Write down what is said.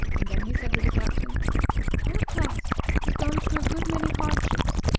and then he said to the captain our class has gone through a good many hardships,